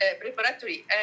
preparatory